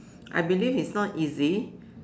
I believe it's not easy